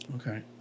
okay